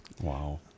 Wow